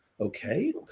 Okay